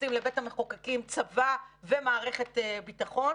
מתייחסים לבית המחוקקים צבא ומערכת ביטחון,